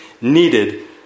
needed